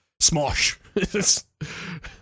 smosh